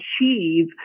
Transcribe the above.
achieve